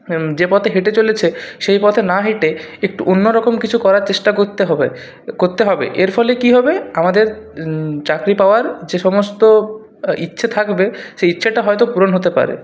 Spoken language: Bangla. যে পথে হেঁটে চলেছে সেই পথে না হেঁটে একটু অন্যরকম কিছু করার চেষ্টা করতে হবে করতে হবে এর ফলে কি হবে আমাদের চাকরি পাওয়ার যে সমস্ত ইচ্ছে থাকবে সেই ইচ্ছেটা হয়তো পূরণ হতে পারে